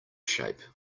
shape